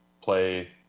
play